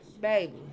baby